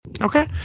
Okay